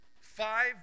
Five